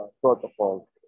protocol